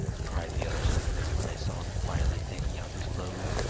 cried the other servants, when they saw him quietly taking off his clothes,